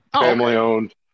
family-owned